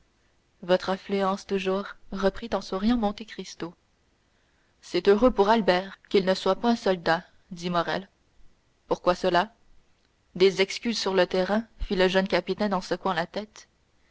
votre influence toujours reprit en souriant monte cristo c'est heureux pour albert qu'il ne soit point soldat dit morrel pourquoi cela des excuses sur le terrain fit le jeune capitaine en secouant la tête